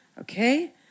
okay